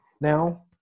now